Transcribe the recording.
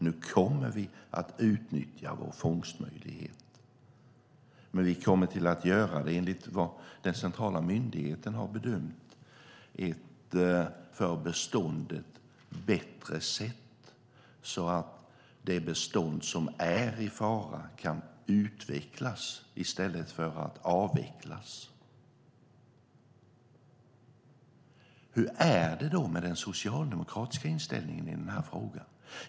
Nu kommer vi att utnyttja vår fångstmöjlighet, men vi kommer att göra det enligt vad den centrala myndigheten har bedömt vara ett för beståndet bättre sätt, så att det bestånd som är i fara kan utvecklas i stället för avvecklas. Hur är det då med den socialdemokratiska inställningen i den här frågan?